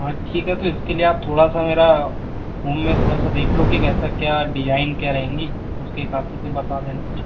हाँ ठीक है तो इसके लिए आप थोड़ा सा मेरा होम में थोड़ा सा देख लो कि कैसा क्या डिजाईन क्या रहेंगी उसके हिसाब से फ़िर बता देना मुझे